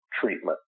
treatment